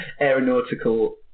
aeronautical